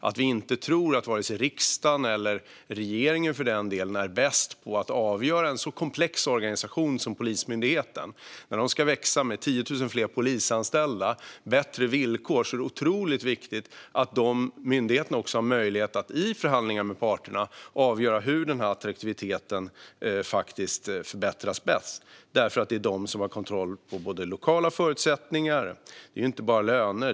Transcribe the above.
Vi ska inte tro att riksdagen eller för den delen regeringen är bäst på att avgöra för en så komplex organisation som Polismyndigheten. När den ska växa med 10 000 fler polisanställda och bättre villkor är det otroligt viktigt att myndigheten har möjlighet att i förhandlingar med parterna avgöra hur attraktiviteten bäst förbättras. Det är den som har kontroll över de lokala förutsättningarna. Det handlar inte bara om löner.